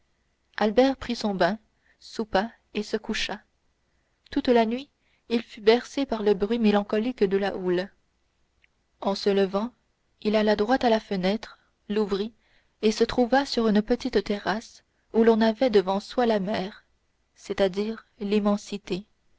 albert prit son bain soupa et se coucha toute la nuit il fut bercé par le bruit mélancolique de la houle en se levant il alla droit à la fenêtre l'ouvrit et se trouva sur une petite terrasse où l'on avait devant soi la mer c'est-à-dire l'immensité